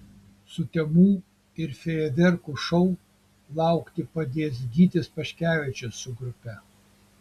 sutemų ir fejerverkų šou laukti padės gytis paškevičius su grupe